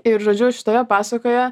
ir žodžiu šitoje pasakoje